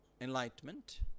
enlightenment